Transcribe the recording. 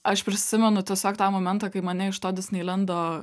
aš prisimenu tiesiog tą momentą kai mane iš to disneilendo